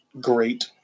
great